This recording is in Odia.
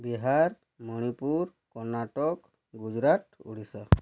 ବିହାର ମଣିପୁର କର୍ଣାଟକ ଗୁଜୁରାଟ ଓଡ଼ିଶା